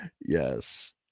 Yes